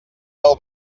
del